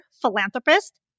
philanthropist